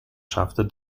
schaffte